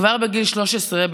כבר בגיל 13,